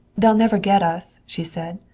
they'll never get us, she said.